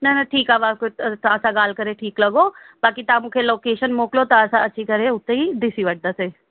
न न ठीकु आहे ब तव्हां सां ॻाल्हि करे ठीकु लॻो बाक़ी तव्हां मूंखे लोकेशन मोकिलियो त असां अची करे उते ई ॾिसी वठंदासीं